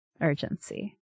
urgency